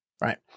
right